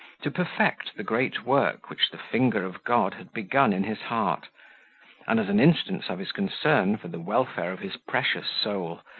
to perfect the great work which the finger of god had begun in his heart and, as an instance of his concern for the welfare of his precious soul,